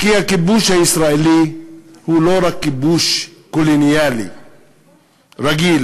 כי הכיבוש הישראלי הוא לא רק כיבוש קולוניאלי רגיל,